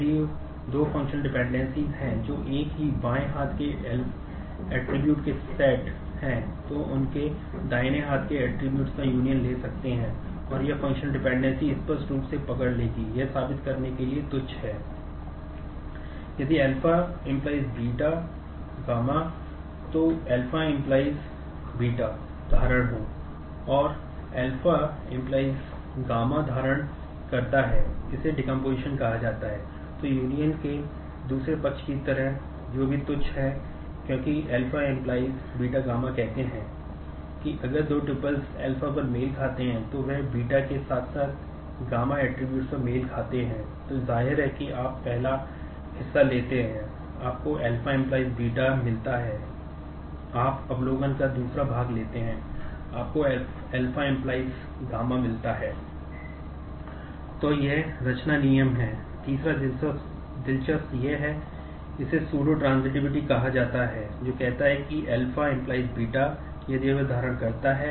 यदि α → β γ तो α → β धारण और α → γ धारण करता है